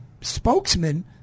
spokesman